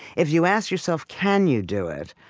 if you ask yourself, can you do it?